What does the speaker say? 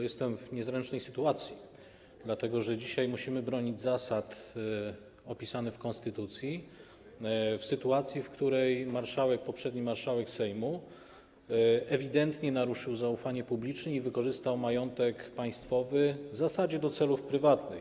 Jestem w niezręcznej sytuacji, dlatego że dzisiaj musimy bronić zasad opisanych w konstytucji w sytuacji, w której marszałek, poprzedni marszałek Sejmu ewidentnie naruszył zaufanie publiczne i wykorzystał majątek państwowy w zasadzie do celów prywatnych.